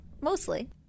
Mostly